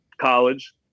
college